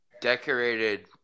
decorated